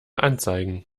anzeigen